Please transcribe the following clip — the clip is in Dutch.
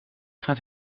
gaat